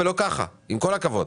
עם כל הכבוד.